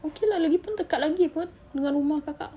okay lah lagipun dekat lagi apa dengan rumah kakak